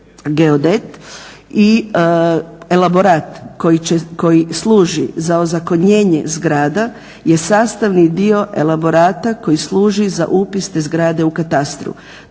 geodet i elaborat koji služi za ozakonjenje zgrada, je sastavni dio elaborata koji služi za upis te zgrade u katastru.